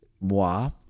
Moi